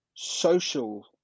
social